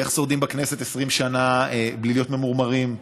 ואיך שורדים בכנסת 20 שנה בלי להיות ממורמרים,